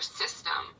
system